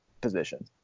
position